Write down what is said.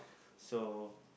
so